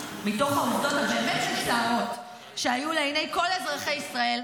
מתוך העובדות הבאמת-מצערות שהיו לעיני כל אזרחי ישראל,